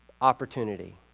opportunity